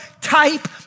type